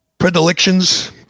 predilections